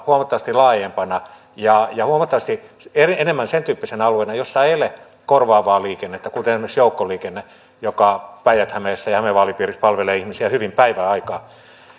huomattavasti laajempana ja ja enemmän sen tyyppisenä alueena jossa ei ole korvaavaa liikennettä kuten esimerkiksi joukkoliikennettä joka päijät hämeessä ja ja hämeen vaalipiirissä palvelee ihmisiä hyvin päiväaikaan